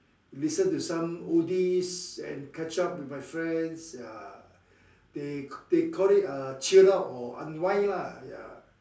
listen to some oldies and catch up with my friends ya they they call it uh chill out or unwind lah ya